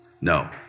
No